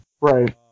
Right